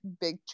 big